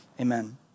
amen